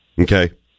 Okay